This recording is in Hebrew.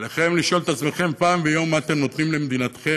עליכם לשאול את עצמכם פעם ביום מה אתם נותנים למדינתכם,